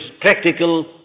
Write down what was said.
practical